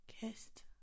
Kissed